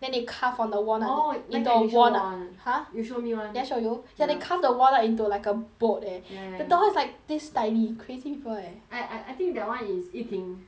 then they carve on the walnut oh you show [one] 你懂 walnut you show me [one] did I show you ya ya they carve the walnut into like a boat eh ya ya the door is like this tiny crazy people eh I I think that [one] is yi ping